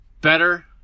Better